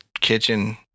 kitchen